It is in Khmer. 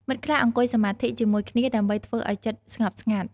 មិត្តខ្លះអង្គុយសមាធិជាមួយគ្នាដើម្បីធ្វើឲ្យចិត្តស្ងប់ស្ងាត់។